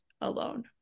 alone